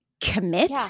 commit